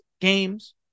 games